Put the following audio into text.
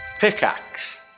Pickaxe